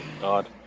God